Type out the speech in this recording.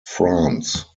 france